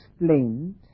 explained